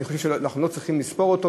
אני חושב שאנחנו לא צריכים לספור אותו,